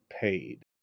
paid